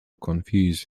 confused